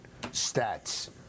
Stats